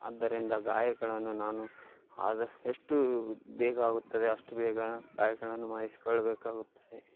ಆದ್ದರಿಂದ ಗಾಯಗಳನ್ನು ನಾನು ಆದ ಎಷ್ಟು ಬೇಗ ಆಗುತ್ತದೆ ಅಷ್ಟು ಬೇಗ ಗಾಯಗಳನ್ನು ಮಾಯಿಸಿಕೊಳ್ಳಬೇಕಾಗುತ್ತದೆ